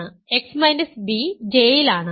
x b J യിലാണ്